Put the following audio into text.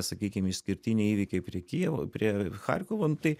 sakykim išskirtiniai įvykiai prie kijevo prie charkovo nu tai